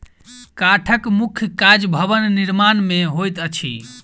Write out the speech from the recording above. काठक मुख्य काज भवन निर्माण मे होइत अछि